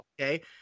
okay